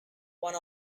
one